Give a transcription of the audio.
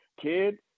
kid